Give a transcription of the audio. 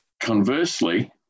Conversely